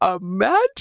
imagine